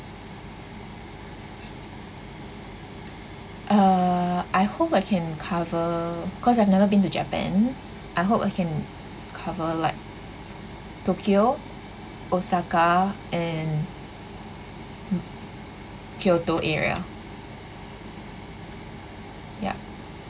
uh I hope I can cover cause I've never been to japan I hope I can cover like tokyo osaka and mm kyoto area ya